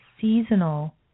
seasonal